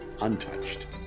untouched